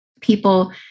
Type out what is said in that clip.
people